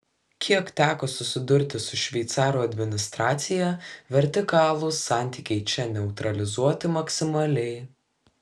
kiek teko susidurti su šveicarų administracija vertikalūs santykiai čia neutralizuoti maksimaliai